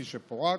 כפי שפורט.